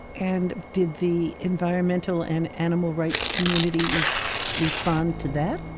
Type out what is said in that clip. and did the environmental and animal rights communities respond to that?